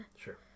Sure